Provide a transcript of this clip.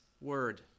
word